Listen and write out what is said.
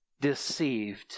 deceived